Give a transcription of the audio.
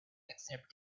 except